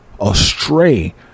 astray